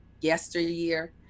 yesteryear